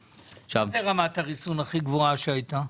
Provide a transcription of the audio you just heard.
1.2%. מה פירוש "רמת הריסון הכי גבוהה שהייתה"?